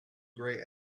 grey